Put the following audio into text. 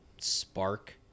spark